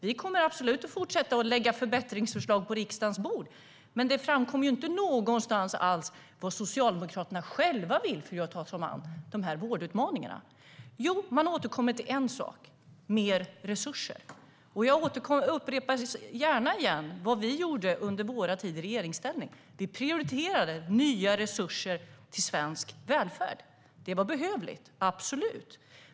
Vi kommer absolut att fortsätta lägga förbättringsförslag på riksdagens bord. Men det framkommer inte någonstans vad Socialdemokraterna själva vill göra för att ta sig an vårdutmaningarna. Jo, man återkommer till en sak - mer resurser. Jag upprepar gärna vad vi gjorde under vår tid i regeringsställning. Vi prioriterade nya resurser till svensk välfärd. Det var behövligt.